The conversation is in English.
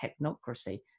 technocracy